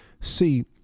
See